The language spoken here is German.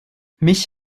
mich